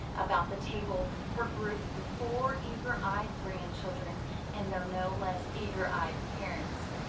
about the table were grouped the four eager-eyed grandchildren and their no less eager-eyed parents.